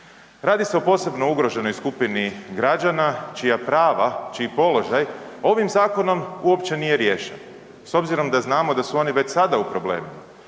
Radi se o posebno ugroženoj skupini građana čija prava, čiji položaj ovim zakonom uopće nije riješen. S obzirom da znamo da su oni već sada u problemu,